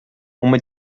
uma